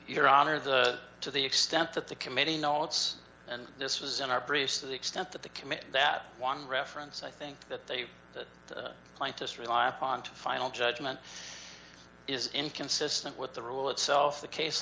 your honor the to the extent that the committee notes and this was in our briefs to the extent that the committee that one reference i think that they the plaintiffs rely upon to final judgment is inconsistent with the rule itself the case